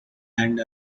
and